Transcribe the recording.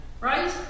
Right